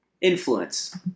influence